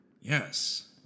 Yes